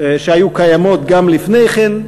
שהיו קיימות גם לפני כן,